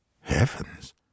Heavens